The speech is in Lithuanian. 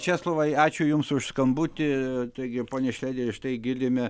česlovai ačiū jums už skambutį taigi pone šlėderi štai girdime